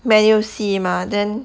menu C mah then